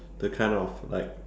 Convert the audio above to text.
the kind of like